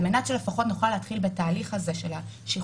על מנת שלפחות נוכל להתחיל בתהליך של שחרור